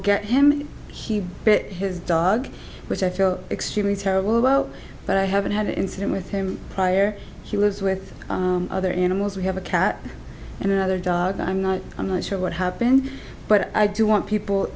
get him he bit his dog which i feel extremely terrible about but i haven't had an incident with him prior he lives with other animals we have a cat and another dog i'm not i'm not sure what happened but i do want people